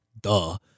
Duh